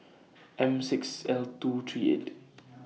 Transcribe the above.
M six L two three eight